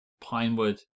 pinewood